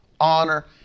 honor